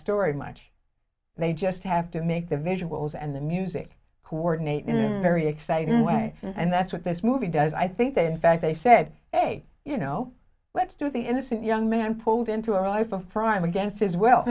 story much they just have to make the visuals and the music coordinate you know very exciting way and that's what this movie does i think that in fact they said hey you know let's do the innocent young man pulled into a life of crime against his well